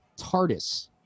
TARDIS